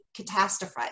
catastrophize